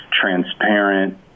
transparent